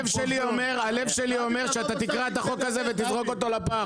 הלב שלי אומר שאתה תלך עם הלב שלך ותקרע את החוק הזה ותזרוק אותו לפח.